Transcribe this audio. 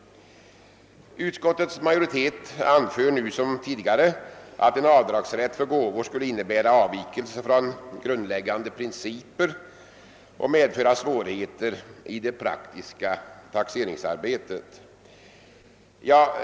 Utskottets majoritet anför nu som tidigare att en avdragsrätt för gåvor skulle innebära en avvikelse från grundläggande principer och medföra svårigheter i det praktiska taxeringsarbetet.